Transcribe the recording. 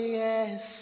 yes